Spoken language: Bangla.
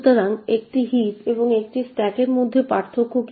সুতরাং একটি হিপ এবং একটি স্ট্যাকের মধ্যে পার্থক্য কি